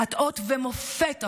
את אות ומופת עבורי,